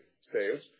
sales